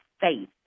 faith